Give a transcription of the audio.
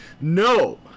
no